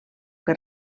que